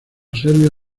serbia